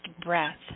breath